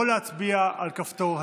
לא להצביע על כפתור ה"נגד".